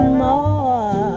more